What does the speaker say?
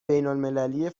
بینالمللی